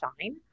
shine